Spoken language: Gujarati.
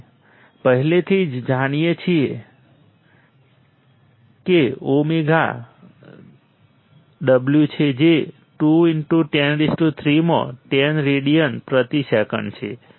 આપણે પહેલેથી જ જાણીએ છીએ કે ઓમેગા w છે જે 2103 માં 10 રેડિયન પ્રતિ સેકન્ડ છે